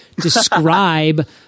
describe